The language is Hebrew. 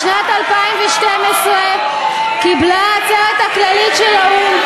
בשנת 2012 קיבלה העצרת הכללית של האו"ם,